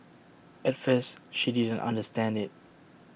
at first she didn't understand IT